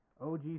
OG